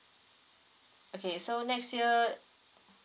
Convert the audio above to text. okay so next year